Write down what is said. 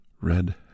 Red